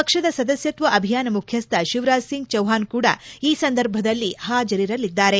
ಪಕ್ಷದ ಸದಸ್ನತ್ತ ಆಭಿಯಾನ ಮುಖ್ಯಸ್ತ ಶಿವರಾಜ್ ಸಿಂಗ್ ಚವ್ವಾನ್ ಕೂಡಾ ಈ ಸಂದರ್ಭದಲ್ಲಿ ಪಾಜರಿರಲಿದ್ದಾರೆ